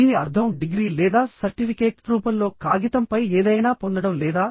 దీని అర్థం డిగ్రీ లేదా సర్టిఫికేట్ రూపంలో కాగితంపై ఏదైనా పొందడం లేదా